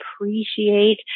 appreciate